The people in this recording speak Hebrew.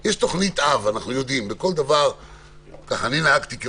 כי כל הזמן מבקשים תאריכים,